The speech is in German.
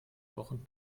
wochen